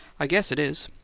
i guess it is!